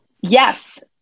Yes